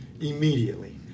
immediately